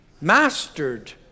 mastered